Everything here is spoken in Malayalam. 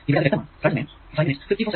ഇവിടെ അത് വ്യക്തമാണ്